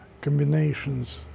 combinations